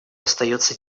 остается